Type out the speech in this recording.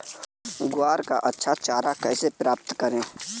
ग्वार का अच्छा चारा कैसे प्राप्त करें?